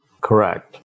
Correct